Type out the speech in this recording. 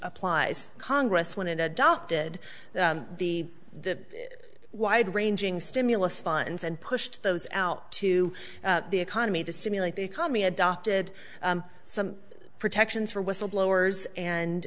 applies congress when it adopted the the wide ranging stimulus funds and pushed those out to the economy to stimulate the economy adopted some protections for whistleblowers and